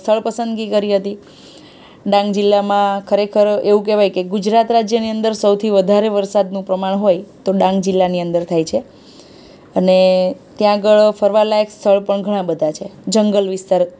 સ્થળ પસંદગી કરી હતી ડાંગ જિલ્લામાં ખરેખર એવું કહેવાય કે ગુજરાત રાજ્યની અંદર સૌથી વધારે વરસાદનું પ્રમાણ હોય તો ડાંગ જિલ્લાની અંદર થાય છે અને ત્યાં આગળ ફરવાલાયક સ્થળ પણ ઘણાં બધા છે જંગલ વિસ્તાર